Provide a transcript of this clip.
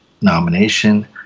nomination